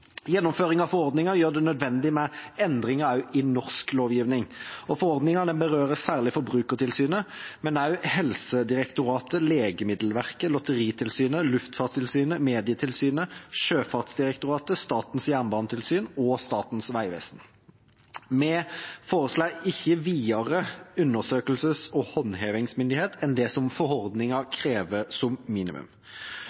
Gjennomføring av forordningen gjør det nødvendig med endringer også i norsk lovgivning, og forordningen berører særlig Forbrukertilsynet, men også Helsedirektoratet, Legemiddelverket, Lotteritilsynet, Luftfartstilsynet, Medietilsynet, Sjøfartsdirektoratet, Statens jernbanetilsyn og Statens vegvesen. Vi foreslår ikke videre undersøkelses- og håndhevingsmyndighet enn det forordningen krever som